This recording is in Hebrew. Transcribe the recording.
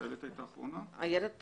אחידים אנחנו נקבל את הדרישות